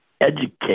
educate